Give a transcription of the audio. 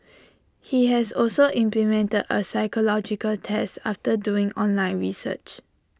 he has also implemented A psychological test after doing online research